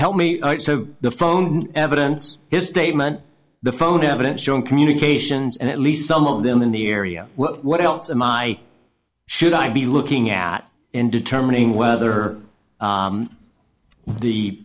me the phone evidence his statement the phone evidence showing communications and at least some of them in the area what else am i should i be looking at in determining whether